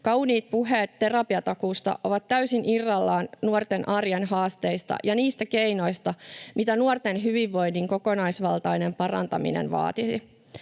Kauniit puheet terapiatakuusta ovat täysin irrallaan nuorten arjen haasteista ja niistä keinoista, mitä nuorten hyvinvoinnin kokonaisvaltainen parantaminen vaatisi.